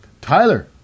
Tyler